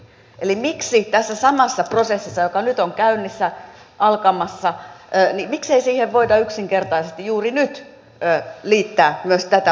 eli miksei tähän samaan prosessiin joka nyt on käynnissä alkamassa voida yksinkertaisesti juuri nyt liittää myös tätä vaadetta